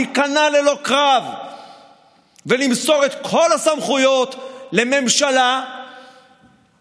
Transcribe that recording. להיכנע ללא קרב ולמסור את כל הסמכויות לממשלה מסוכנת,